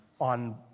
on